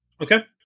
Okay